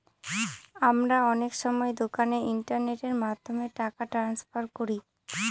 আমরা অনেক সময় দোকানে ইন্টারনেটের মাধ্যমে টাকা ট্রান্সফার করি